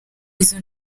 izo